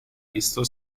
visto